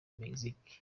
mexique